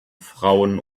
frauen